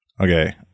Okay